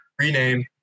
Rename